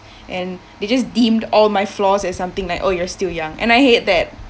and they just deemed all my flaws as something like oh you're still young and I hate that